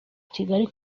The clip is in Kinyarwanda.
kigali